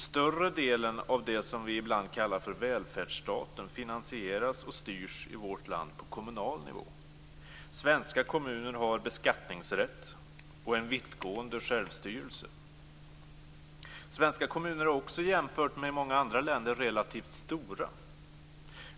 Större delen av det som vi ibland kallar för välfärdsstaten finansieras och styrs i vårt land på kommunal nivå. Svenska kommuner har beskattningsrätt och en vittgående självstyrelse. Svenska kommuner är också jämfört med kommuner i många andra länder relativt stora.